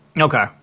Okay